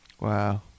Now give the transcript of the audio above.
Wow